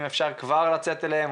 אם אפשר כבר לצאת אליהם,